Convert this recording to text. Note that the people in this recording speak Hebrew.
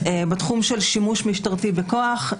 בתחום של שימוש משטרתי בכוח.